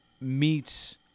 meets